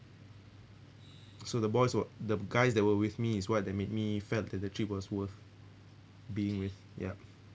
so the boys were the guys that were with me is what that made me felt that the trip was worth being with ya